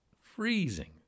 freezing